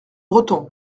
breton